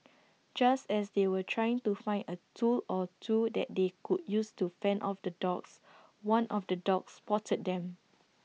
just as they were trying to find A tool or two that they could use to fend off the dogs one of the dogs spotted them